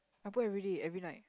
I put everyday every night